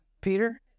Peter